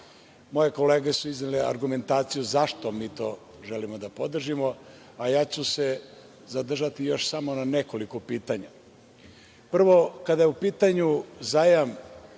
Moje kolege su iznele argumentaciju zašto mi to želimo da podržimo, a ja ću se zadržati na samo još nekolik pitanja. Prvo, kada je u pitanju zajam